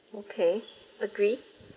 okay agree